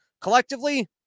collectively